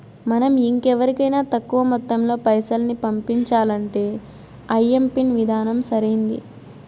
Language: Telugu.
మనం ఇంకెవరికైనా తక్కువ మొత్తంలో పైసల్ని పంపించాలంటే ఐఎంపిన్ విధానం సరైంది